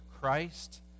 Christ